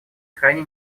крайне